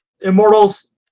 Immortals